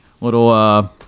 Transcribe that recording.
little